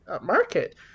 market